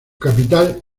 capital